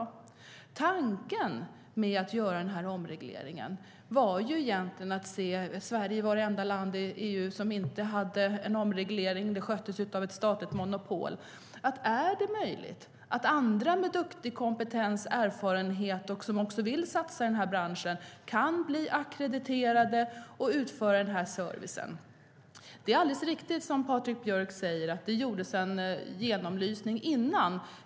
Sverige var det enda land i EU som inte hade gjort en omreglering, utan det sköttes av ett statligt monopol. Tanken med att göra denna omreglering var att se om det var möjligt för andra, med bra kompetens, erfarenhet och vilja att satsa i branschen, att bli ackrediterade och utföra denna service. Det är alldeles riktigt, som Patrik Björck säger, att det gjordes en genomlysning innan.